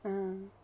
mm